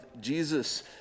Jesus